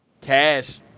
Cash